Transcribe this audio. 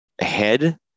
Ahead